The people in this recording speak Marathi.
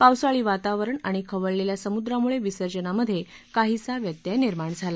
पावसाळी वातावरण आणि खवळलेल्या समुद्रामुळे विसर्जनामध्ये काहीसा व्यत्यय निर्माण झाला